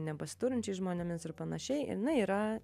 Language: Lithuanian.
nepasiturinčiais žmonėmis ir panašiai jinai yra